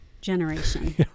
generation